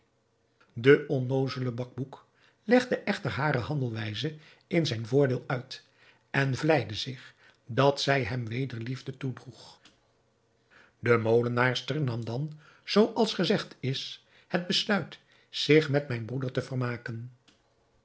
de onnoozele bacbouc legde echter hare handelwijze in zijn voordeel uit en vleide zich dat zij hem wederliefde toedroeg de molenaarster nam dan zoo als gezegd is het besluit zich met mijn broeder te vermaken